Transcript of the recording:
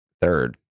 third